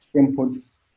inputs